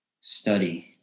study